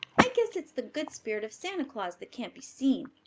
i guess it's the good spirit of santa claus that can't be seen.